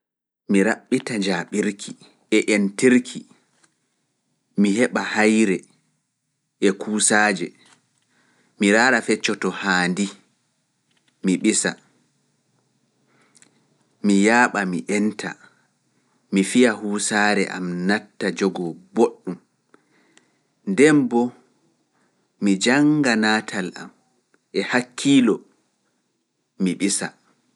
Mi raɓɓita njaaɓirki e entirki, mi heɓa haayre e kuusaaje, mi raara feccoto haandi, mi ɓisa, mi yaaɓa mi enta, mi fiya huusaare am natta jogoo boɗɗum, ndeen boo mi jannga naatal am e hakkiilo, mi ɓisa.